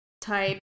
type